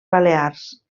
balears